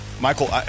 Michael